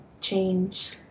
change